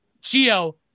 Geo